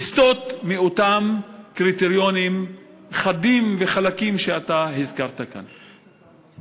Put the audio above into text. לסטות מאותם קריטריונים חדים וחלקים שאתה הזכרת כאן,